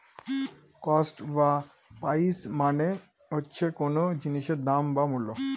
cost বা price মানে হচ্ছে কোন জিনিসের দাম বা মূল্য